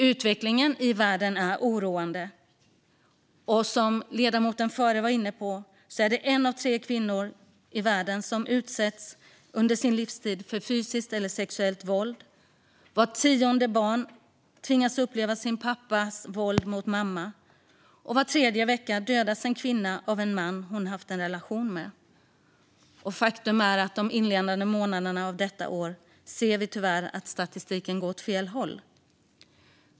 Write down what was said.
Utvecklingen i världen är oroande. Som ledamoten före mig var inne på utsätts en av tre kvinnor i världen för fysiskt eller sexuellt våld under sin livstid. Vart tionde barn tvingas uppleva sin pappas våld mot mamma. Och var tredje vecka dödas en kvinna av en man som hon haft en relation med. Faktum är att vi under de inledande månaderna av detta år tyvärr ser i statistiken att det går åt fel håll.